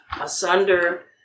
asunder